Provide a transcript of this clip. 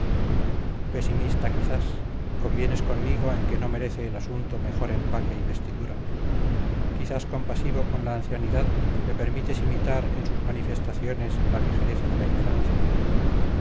pesimista quizás convienes conmigo en que no merece el asunto mejor empaque y vestidura quizás compasivo con la ancianidad le permites imitar en sus manifestaciones la ligereza de la infancia